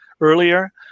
earlier